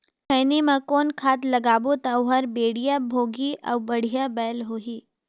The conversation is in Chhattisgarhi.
खैनी मा कौन खाद लगाबो ता ओहार बेडिया भोगही अउ बढ़िया बैल होही?